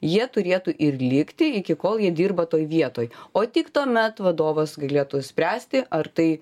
jie turėtų ir likti iki kol jie dirba toj vietoj o tik tuomet vadovas galėtų spręsti ar tai